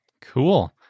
Cool